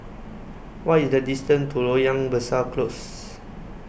What IS The distance to Loyang Besar Close